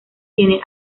tiene